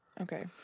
Okay